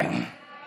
הצעת